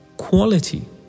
Quality